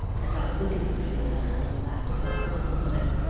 as i look at you, she went on, the laugh still curling her lip,